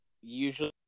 usually